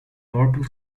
purple